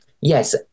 yes